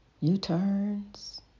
U-turns